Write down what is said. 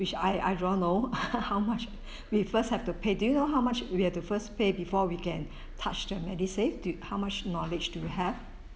which I I don't know how much we first have to pay do you know how much we have to first pay before we get touch the MediSave do how much knowledge do you have